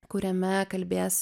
kuriame kalbės